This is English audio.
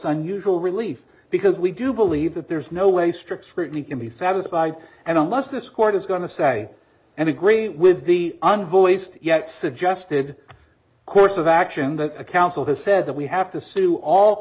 unusual relief because we do believe that there's no way strict scrutiny can be satisfied and unless this court is going to say and agree with the unvoiced yet suggested course of action the council has said that we have to sue all